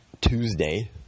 Tuesday